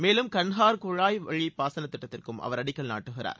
மேலும் கன்ஹார் குழாய்வழி பாசன திட்டத்திற்கும் அவர் அடிக்கல் நாட்டுகிறார்